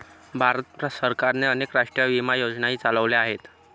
भारत सरकारने अनेक राष्ट्रीय विमा योजनाही चालवल्या आहेत